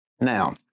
Now